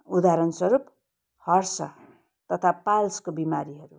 उदाहरण स्वरूप हर्षा तथा पायल्सको बिमारीहरू